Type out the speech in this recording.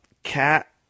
Cat